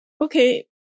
Okay